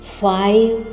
five